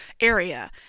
area